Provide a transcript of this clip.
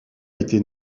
été